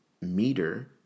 meter